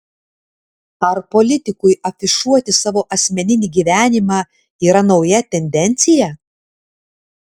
ar politikui afišuoti savo asmeninį gyvenimą yra nauja tendencija